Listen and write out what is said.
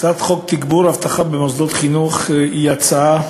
הצעת חוק תגבור אבטחה במוסדות חינוך היא הצעה